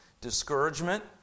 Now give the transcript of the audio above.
discouragement